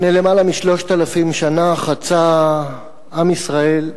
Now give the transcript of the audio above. לפני למעלה מ-3,000 שנה חצה עם ישראל,